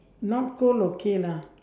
not cold okay lah